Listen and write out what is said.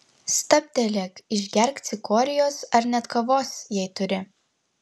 stabtelėk išgerk cikorijos ar net kavos jei turi